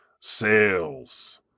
sales